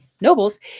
nobles